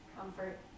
Comfort